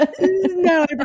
No